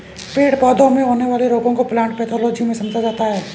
पेड़ पौधों में होने वाले रोगों को प्लांट पैथोलॉजी में समझा जाता है